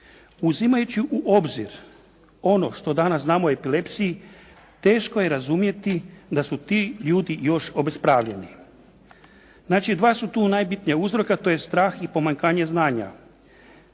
Uzimajući u obzir ono što danas znamo o epilepsiji teško je razumjeti da su ti ljudi još obespravljeni. Znači dva su tu najbitnija uzroka, to je strah i pomanjkanje znanja.